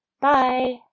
Bye